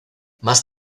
más